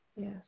Yes